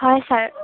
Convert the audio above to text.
হয় ছাৰ